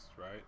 right